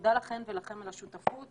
תודה לכן ולכם על השותפות